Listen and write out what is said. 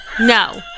no